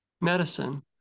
medicine